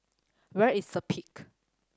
where is The Peak